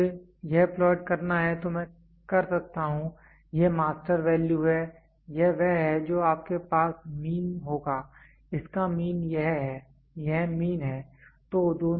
अगर मुझे यह प्लॉट करना है तो मैं कर सकता हूं यह मास्टर वैल्यू है यह वह है जो आपके पास मीन होगा इसका मीन यह है यह मीन है